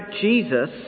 Jesus